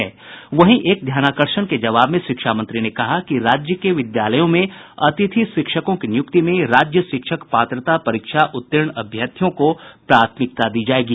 वहीं एक ध्यानाकर्षण के जवाब में शिक्षा मंत्री ने कहा है कि राज्य के विद्यालयों में अतिथि शिक्षकों की नियुक्ति में राज्य शिक्षक पात्रता परीक्षा उत्तीर्ण अभ्यर्थियों को प्राथमिकता दी जायेगी